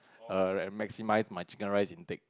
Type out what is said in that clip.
err and maximize my chicken rice intake